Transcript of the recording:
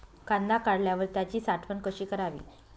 कांदा काढल्यावर त्याची साठवण कशी करावी?